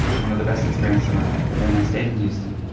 one of the best experiences of my life. but then i stayed in houston.